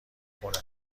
خونه